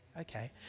okay